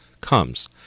comes